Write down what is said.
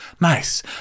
nice